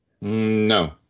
No